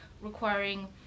requiring